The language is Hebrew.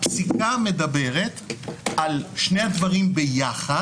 הפסיקה מדברת על שני הדברים ביחד.